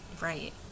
Right